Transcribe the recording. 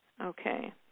Okay